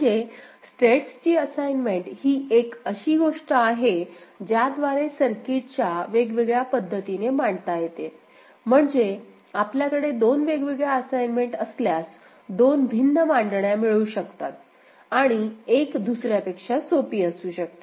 आणि स्टेट्सची असाईनमेंट अशी एक गोष्ट आहे ज्याद्वारे सर्किटच्या वेगवेगळ्या पद्धतीने मांडता येते म्हणजे आपल्याकडे दोन वेगळ्या असाइनमेंट असल्यास दोन भिन्न मांडण्या मिळू शकतात आणि एक दुसर्यापेक्षा सोपी असू शकते